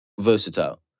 versatile